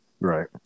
Right